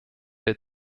der